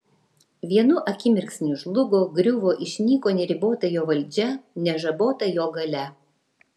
vienu akimirksniu žlugo griuvo išnyko neribota jo valdžia nežabota jo galia